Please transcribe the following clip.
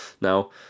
Now